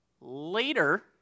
later